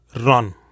run